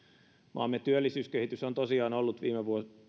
maamme työllisyyskehitys on tosiaan ollut viime